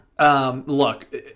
Look